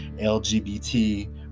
LGBT